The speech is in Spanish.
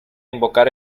invocar